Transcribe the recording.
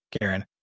Karen